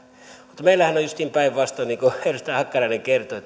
mutta meillähän on justiin päinvastoin niin kuin edustaja hakkarainen kertoi